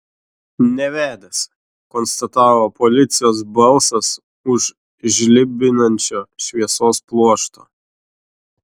nevedęs konstatavo policijos balsas už žlibinančio šviesos pluošto